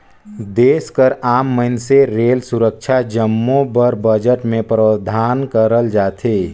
देस कर आम मइनसे रेल, सुरक्छा जम्मो बर बजट में प्रावधान करल जाथे